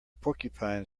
porcupine